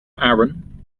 aaron